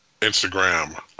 Instagram